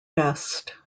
best